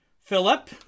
Philip